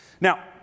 Now